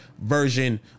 version